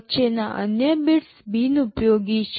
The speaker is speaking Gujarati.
વચ્ચેના અન્ય બીટ્સ બિનઉપયોગી છે